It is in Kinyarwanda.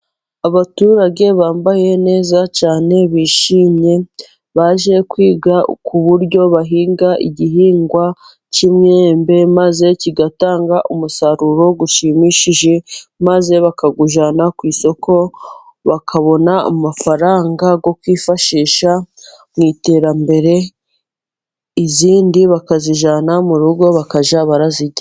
Abaturage bambaye neza cyane bishimye baje kwiga ku buryo bahinga igihingwa cy'imyembe ,maze kigatanga umusaruro ushimishije maze bakawujyana ku isoko, bakabona amafaranga yo kwifashisha mu iterambere, indi bakayijyana mu rugo bakajya barayirya.